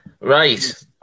Right